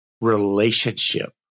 relationship